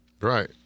Right